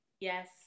Yes